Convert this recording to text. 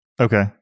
Okay